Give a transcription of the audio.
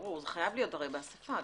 חייב להיות באסיפה.